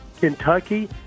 Kentucky